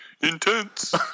intense